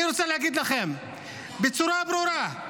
אני רוצה להגיד לכם בצורה ברורה: